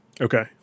Okay